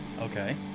Okay